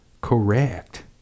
Correct